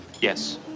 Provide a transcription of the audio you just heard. Yes